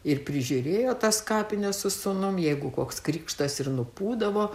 ir prižiūrėjo tas kapines su sūnum jeigu koks krikštas ir nupūdavo